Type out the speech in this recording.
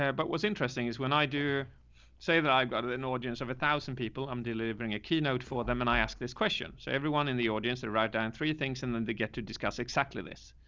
yeah but what's interesting is when i do say that i've got an audience of a thousand people, i'm delivering a keynote for them, and i ask this question. so everyone in the audience, they write down three things and then they get to discuss exactly this.